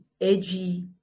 edgy